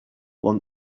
want